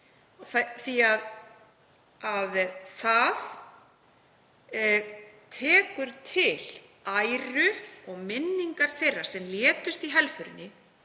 Þetta tekur til æru og minningar þeirra sem létust í helförinni